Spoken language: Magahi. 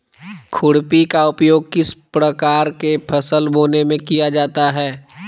खुरपी का उपयोग किस प्रकार के फसल बोने में किया जाता है?